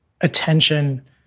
attention